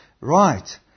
Right